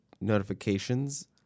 notifications